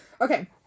Okay